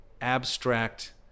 abstract